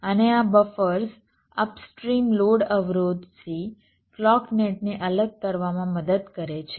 અને આ buffers upstream load અવરોધ થી ક્લૉક નેટ ને અલગ કરવામાં મદદ કરે છે